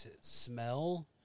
smell